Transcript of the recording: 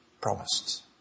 promised